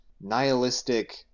nihilistic